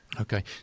Okay